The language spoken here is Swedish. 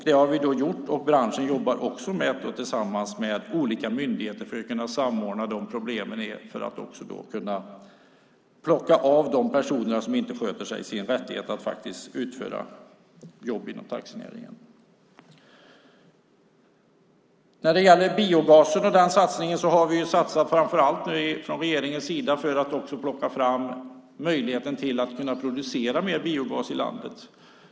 Det har vi gjort, och branschen jobbar också tillsammans med olika myndigheter för att kunna samordna problemen och plocka av de personer som inte sköter sig deras rättighet att utföra jobb inom taxinäringen. När det gäller biogasen och satsningen på den har vi framför allt satsat från regeringens sida för att plocka fram möjligheten att producera mer biogas i landet.